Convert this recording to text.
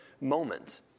moment